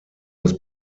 das